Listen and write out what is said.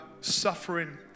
suffering